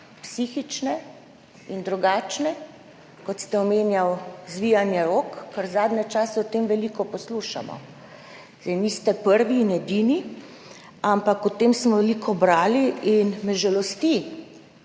psihične in drugačne, ko ste omenjali zvijanje rok, ker zadnje čase o tem veliko poslušamo. Zdaj niste prvi in edini, ampak o tem smo veliko brali in me žalosti,